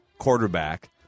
quarterback